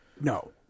No